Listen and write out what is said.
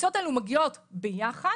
הקבוצות האלו מגיעות ביחד,